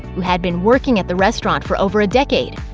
who had been working at the restaurant for over a decade.